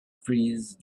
freeze